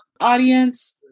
audience